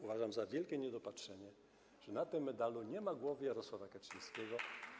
Uważam za wielkie niedopatrzenie, że na tym medalu nie ma głowy Jarosława Kaczyńskiego.